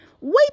wait